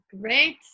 Great